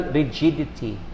rigidity